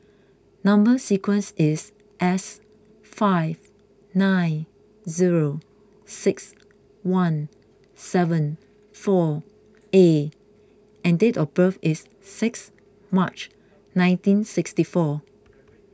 Number Sequence is S five nine zero six one seven four A and date of birth is six March nineteen sixty four